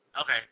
Okay